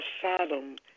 Sodom